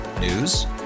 News